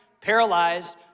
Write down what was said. paralyzed